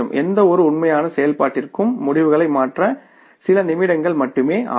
எந்தவொரு உண்மையான செயல்பாட்டிற்கும் முடிவுகளை மாற்ற சில நிமிடங்கள் மட்டுமே ஆகும்